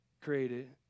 created